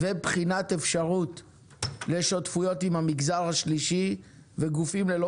ובחינת אפשרות לשותפויות עם המגזר השלישי וגופים ללא